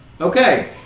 Okay